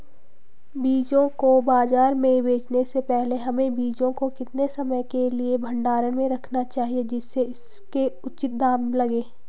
बीजों को बाज़ार में बेचने से पहले हमें बीजों को कितने समय के लिए भंडारण में रखना चाहिए जिससे उसके उचित दाम लगें?